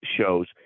shows